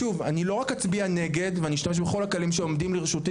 שוב לא רק אצביע נגד ואשתמש בכל הכלים שעומדים לרשותי